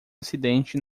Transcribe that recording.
acidente